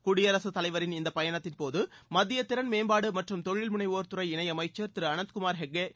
குடியரசு தலைவரின் இந்த பயணத்தின் போது மத்திய திறன் மேம்பாடு மற்றும் தொழில் முளைவோர் துறை இணையமைச்சர் திரு அனந்த்குமார் ஹெட்ஜ்